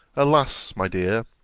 alas! my dear,